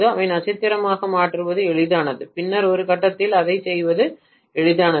அதை நட்சத்திரமாக மாற்றுவது எளிதானது பின்னர் ஒரு கட்டத்தில் அதைச் செய்வது எளிதானது